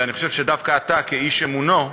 ואני חושב שדווקא אתה, כאיש אמונו,